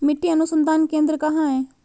मिट्टी अनुसंधान केंद्र कहाँ है?